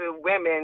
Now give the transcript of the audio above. women